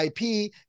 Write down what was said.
ip